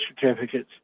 certificates